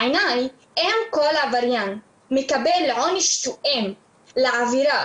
בעיניי אם כל עבריין היה מקבל עונש תואם לעבירה